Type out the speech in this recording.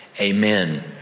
Amen